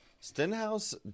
stenhouse